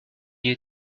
you